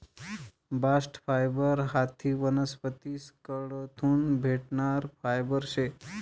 bast fibre हायी वनस्पतीस कडथून भेटणारं फायबर शे